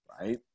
right